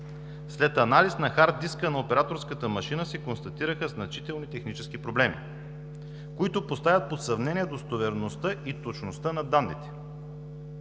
След анализ на хард диска на операторската машина се констатираха значителни технически проблеми, които поставят под съмнение достоверността и точността на данните.